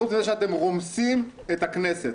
חוץ מזה שאתם רומסים את הכנסת.